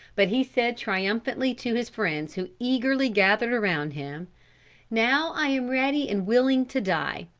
but he said triumphantly to his friends who eagerly gathered around him now i am ready and willing to die.